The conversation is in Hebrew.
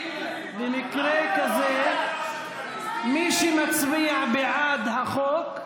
במקרה כזה, מי שמצביע בעד החוק,